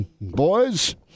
boys